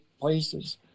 places